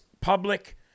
public